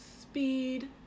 speed